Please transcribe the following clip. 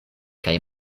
kaj